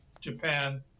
Japan